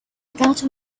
without